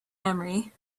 memory